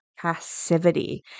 passivity